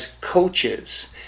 coaches